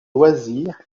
loisir